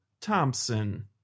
thompson